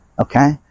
okay